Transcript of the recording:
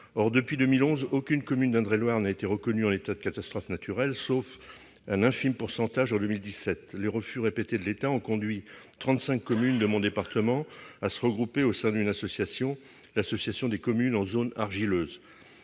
Or, depuis 2011, aucune commune d'Indre-et-Loire n'a été reconnue en état de catastrophe naturelle, sauf un infime pourcentage en 2017. Les refus répétés de l'État ont conduit 35 communes de mon département à se regrouper au sein d'une association, l'association des communes en zone argileuse.